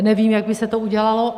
Nevím, jak by se to udělalo.